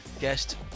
guest